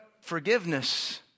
Forgiveness